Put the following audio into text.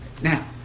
Now